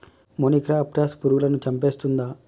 మొనిక్రప్టస్ పురుగులను చంపేస్తుందా?